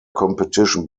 competition